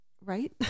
Right